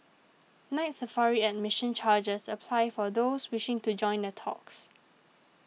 Night Safari admission charges apply for those wishing to join the talks